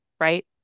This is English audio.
right